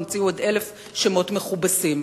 או אלף שמות מכובסים